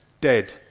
dead